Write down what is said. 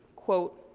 quote,